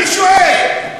אני שואל.